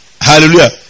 Hallelujah